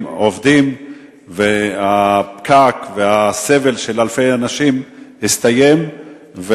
עובדים והפקק והסבל של אלפי אנשים הסתיימו,